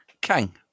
Kang